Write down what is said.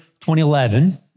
2011